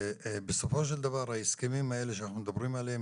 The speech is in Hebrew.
ובסופו של דבר ההסכמים האלה שאנחנו מדברים עליהם